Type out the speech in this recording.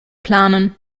planen